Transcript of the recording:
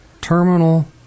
Terminal